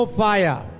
fire